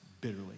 bitterly